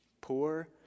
poor